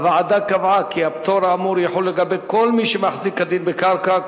הוועדה קבעה כי הפטור האמור יחול על כל מי שמחזיק כדין בקרקע,